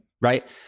Right